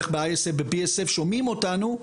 וב-ISF, ו-BSF, שומעים אותנו.